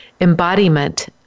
embodiment